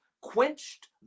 quenched